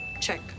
check